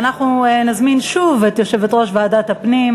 אנחנו נזמין שוב את יושבת-ראש ועדת הפנים,